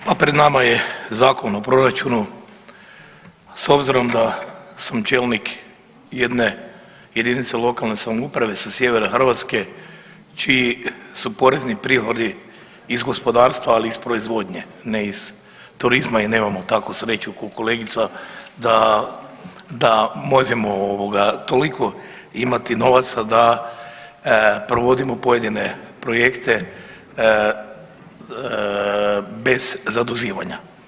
Pa pred nama je Zakon o proračunu, a s obzirom da sam čelnik jedne jedinice lokalne samouprave sa sjevera Hrvatske čiji su porezni prihodi iz gospodarstva, ali iz proizvodnje, ne iz turizma jer nemamo takvu sreću ko kolegica da možemo toliko imati novaca da provodimo pojedine projekte bez zaduživanja.